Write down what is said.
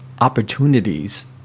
opportunities